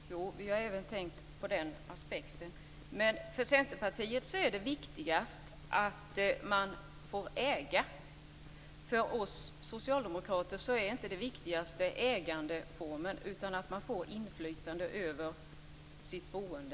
Fru talman! Jo, vi har även tänkt på den aspekten. Men för Centerpartiet är det viktigast att man får äga. För oss socialdemokrater är inte ägandeformen viktigast, utan viktigast är att man får inflytande över sitt boende.